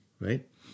right